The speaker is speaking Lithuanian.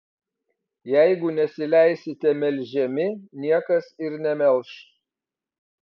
jeigu nesileisite melžiami niekas ir nemelš